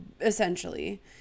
essentially